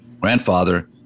grandfather